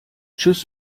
tschüss